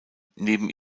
neben